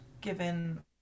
Given